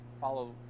follow